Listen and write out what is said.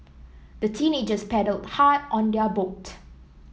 the teenagers paddled hard on their boat